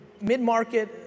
mid-market